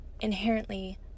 inherently